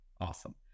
Awesome